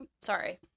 Sorry